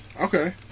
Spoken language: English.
Okay